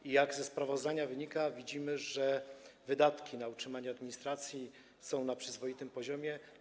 Jak wynika ze sprawozdania, widzimy, że wydatki na utrzymanie administracji są na przyzwoitym poziomie.